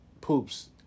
poops